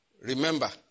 Remember